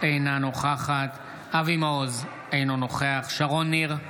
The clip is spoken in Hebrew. אינה נוכחת אבי מעוז, אינו נוכח שרון ניר,